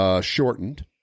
shortened